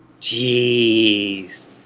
Jeez